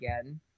again